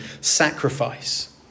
sacrifice